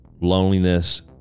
loneliness